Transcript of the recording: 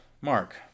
Mark